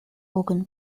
organ